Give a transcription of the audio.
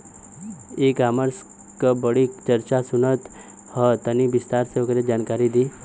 ई कॉमर्स क बड़ी चर्चा सुनात ह तनि विस्तार से ओकर जानकारी दी?